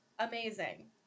amazing